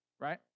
Right